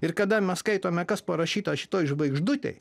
ir kada mes skaitome kas parašyta šitoj žvaigždutėj